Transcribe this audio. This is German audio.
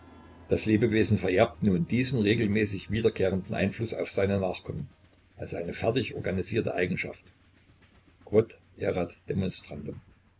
das lebewesen vererbt nun diesen regelmäßig wiederkehrenden einfluß auf seine nachkommen als eine fertig organisierte eigenschaft quod erat demonstrandum